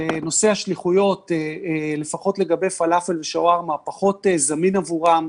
שנושא השליחויות לפחות לגבי פלאפל ושווארמה פחות זמין עבורם,